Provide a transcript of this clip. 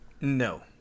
No